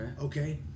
Okay